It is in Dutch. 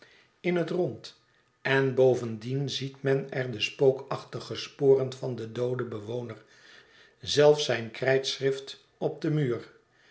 in het rond en bovendien ziet men er de spookachtige sporen van den dooden bewoner zelfs zijn krijtschrift op den muur